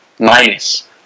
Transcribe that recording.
Minus